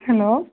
hello